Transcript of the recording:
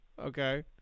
Okay